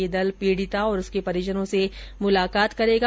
यह दल पीड़िता और उसके परिजनों से मुलाकात करेगा